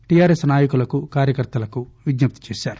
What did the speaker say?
TRS నాయకులకు కార్యకర్తలకు విజ్జప్తి చేశారు